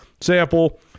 Sample